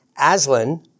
Aslan